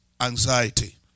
anxiety